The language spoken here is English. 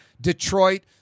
Detroit